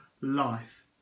life